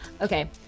Okay